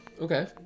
Okay